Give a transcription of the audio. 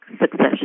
succession